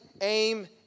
aim